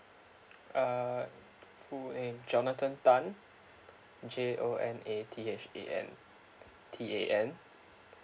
uh full name jonathan tan J O N A T H A N T A N